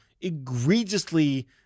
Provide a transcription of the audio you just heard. egregiously